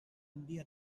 envia